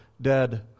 Dead